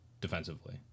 defensively